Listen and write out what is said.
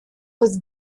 was